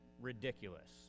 ridiculous